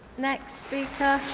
next speaker.